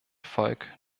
volk